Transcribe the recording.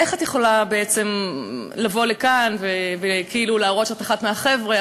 איך את יכולה בעצם לבוא לכאן וכאילו להראות שאת אחת מהחבר'ה,